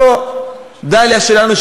זו דליה שלנו,